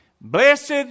Blessed